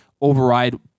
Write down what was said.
override